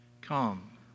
come